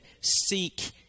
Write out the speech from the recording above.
seek